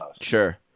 Sure